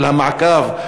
של המעקב,